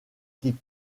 clips